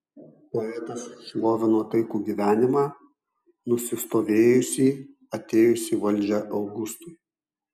poetas šlovino taikų gyvenimą nusistovėjusį atėjus į valdžią augustui